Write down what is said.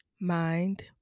mind